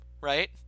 right